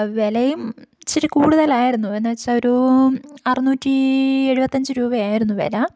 വിലയും ഇച്ചിരി കൂടുതലായിരുന്നു എന്നു വെച്ചാൽ ഒരൂ അറുന്നൂറ്റി എഴുപത്തഞ്ച് രൂപയായായിരുന്നു വില